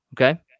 Okay